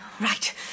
Right